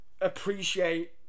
appreciate